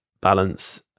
balance